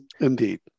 Indeed